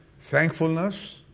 thankfulness